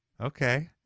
Okay